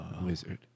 wizard